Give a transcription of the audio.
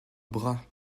bras